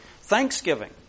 Thanksgiving